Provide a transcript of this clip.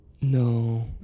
No